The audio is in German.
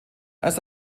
erst